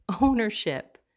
ownership